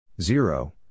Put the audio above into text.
Zero